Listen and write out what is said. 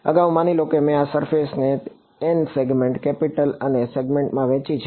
અગાઉ માની લો કે મેં આ સરફેસને એન સેગમેન્ટ્સ કેપિટલ એન સેગમેન્ટ્સમાં વહેંચી છે